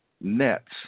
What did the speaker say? nets